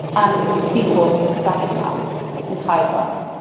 and people stacking up in high-rise.